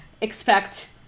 expect